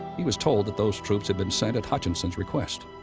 he was told that those troops had been sent at hutchinson's request.